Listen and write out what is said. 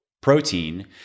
protein